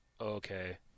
okay